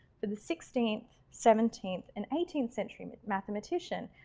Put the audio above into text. for the sixteenth, seventeenth and eighteenth century mathematician,